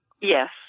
Yes